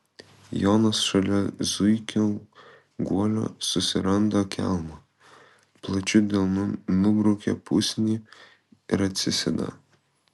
jonas šalia zuikio guolio susiranda kelmą plačiu delnu nubraukia pusnį ir atsisėda